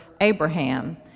Abraham